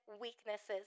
weaknesses